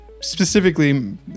Specifically